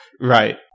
Right